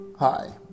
Hi